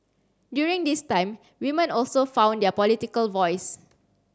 during this time women also found their political voice